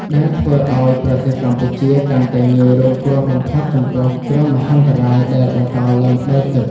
ដែលធ្វើឱ្យប្រទេសកម្ពុជាកាន់តែងាយរងគ្រោះបំផុតចំពោះគ្រោះមហន្តរាយដែលបង្កឡើងដោយទឹក។